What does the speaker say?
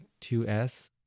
2S